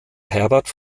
herbert